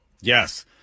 yes